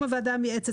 קיום הוועדה המייעצת,